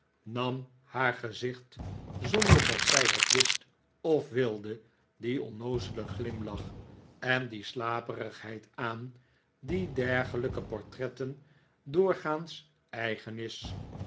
nam haar gezicht zonder dat zij het wist of wilde dien onnoozelen glimlach en die slaperigheid aan die dergelijke portretten doorgaans eigen is